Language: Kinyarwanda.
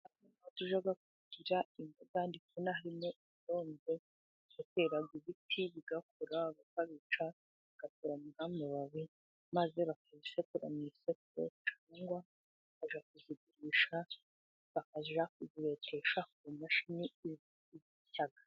Aho tujya guca imboga ndi kubona harimo isombe. Batera ibiti bigakura, bakabica, bagasoromaho amababi maze bakayasekura mu isekuro cyangwa bakajya kuzigurisha, bakajya kuzibetesha ku mashini isya.